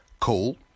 call